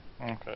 Okay